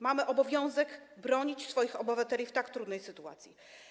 Mamy obowiązek bronić swoich obywateli w tak trudnej sytuacji.